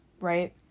right